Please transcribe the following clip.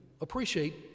appreciate